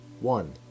One